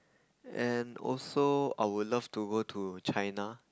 and also I would love to go to China